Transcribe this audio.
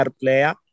Player